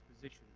position